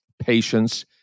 patience